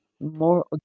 more